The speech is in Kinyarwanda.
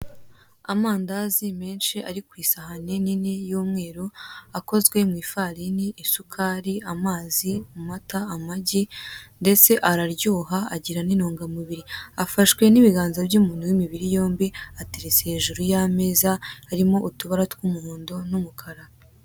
Amandazi menshi ari kwisahane nini y'umweru, akozwe mwifarini, isukari, amazi, amata, amagi ndetse araryoha agira n'intungamubiri, afashwe n'ibiganza by'umuntu w'imibiri yombi ateretse hejuru y'ameza arimo utubara tw'umuhondo n'umukara.